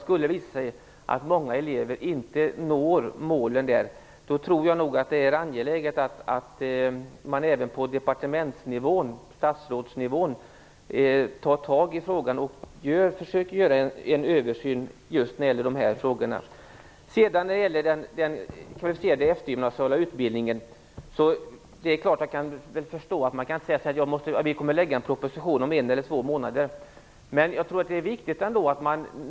Skulle det visa sig att många elever inte når de mål vi har satt upp tror jag nog att det är angeläget att man även på departementsnivån, statsrådsnivån, tar tag i frågan och försöker göra en översyn. När det gäller den kvalificerade eftergymnasiala utbildningen kan jag förstå att man inte kan ge exakt datum för en proposition.